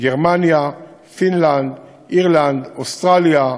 גרמניה, פינלנד, אירלנד, אוסטרליה,